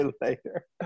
later